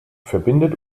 verbindet